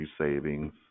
savings